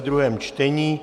druhé čtení